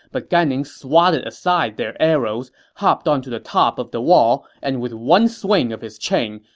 but gan ning swatted aside their arrows, hopped on to the top of the wall, and with one swing of his chain,